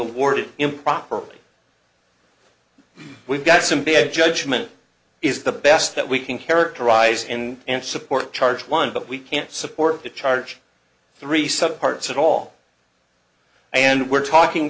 awarded improperly we've got some bad judgment is the best that we can characterize and support charge one but we can't support the charge three subparts at all and we're talking